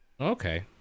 Okay